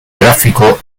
gráfico